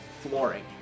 Flooring